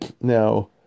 Now